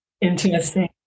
Interesting